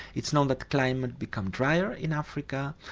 it's known that the climate became drier in africa,